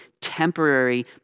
temporary